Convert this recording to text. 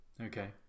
Okay